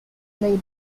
lady